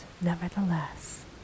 nevertheless